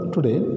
today